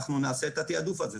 אנחנו נעשה את התעדוף הזה,